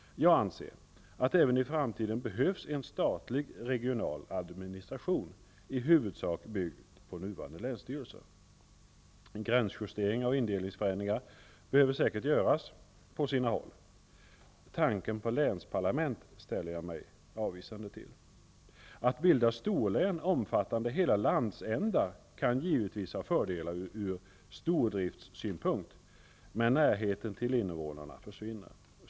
Jag anser att det även i framtiden behövs en statlig regional administration, i huvudsak byggd på nuvarande länsstyrelser. Gränsjusteringar och indelningsförändringar behöver säkert göras på sina håll. Tanken på länsparlament ställer jag mig avvisande till. Att bilda storlän omfattande hela landsändar kan givetvis ha fördelar ut stordriftssynpunkt, men närheten till invånarna försvinner.